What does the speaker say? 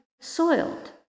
soiled